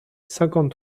cinquante